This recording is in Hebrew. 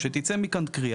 שתצא מכאן קריאה,